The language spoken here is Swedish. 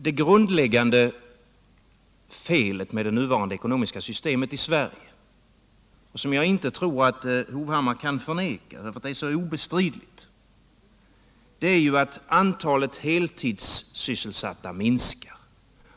Det grundläggande felet med det nuvarande ekonomiska systemet i Sverige, som jag inte tror att Erik Hovhammar kan förneka därför att det är så obestridligt, är att antalet heltidssysselsatta minskar.